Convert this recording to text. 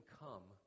come